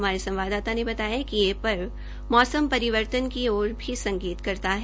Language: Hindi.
हमारे संवाददाता ने बताया कि यह पर्व मौसम परिवर्तन की ओर से संकेत करता है